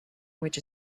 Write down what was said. which